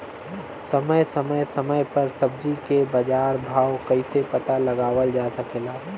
समय समय समय पर सब्जी क बाजार भाव कइसे पता लगावल जा सकेला?